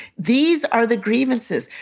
these are the grievances.